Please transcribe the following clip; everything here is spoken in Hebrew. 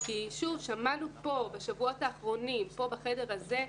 שוב, שמענו כאן בשבועות האחרונים, כאן, בחדר הזה,